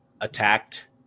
attacked